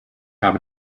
habe